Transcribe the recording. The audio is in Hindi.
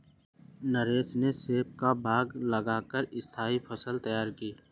नरेश ने सेब का बाग लगा कर स्थाई फसल तैयार की है